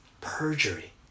perjury